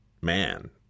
man